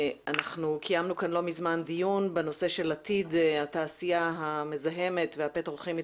קיימנו כאן לא מזמן דיון בנושא של עתיד התעשייה המזהמת והפטרו-כימית